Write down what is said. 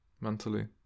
Mentally